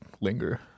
linger